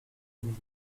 vous